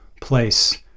place